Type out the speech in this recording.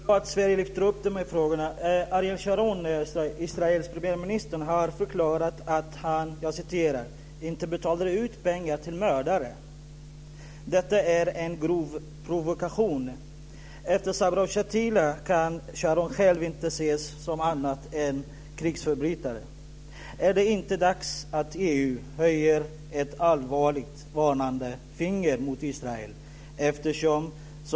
Fru talman! Det är bra att Sverige lyfter upp de här frågorna. Ariel Sharon, Israels premiärminister, har förklarat att han "inte betalar ut pengar till mördare". Detta är en grov provokation. Efter Sabra och Shatila kan Sharon själv inte ses som annat än en krigsförbrytare. Är det inte dags att EU höjer ett allvarligt varnande finger mot Israel?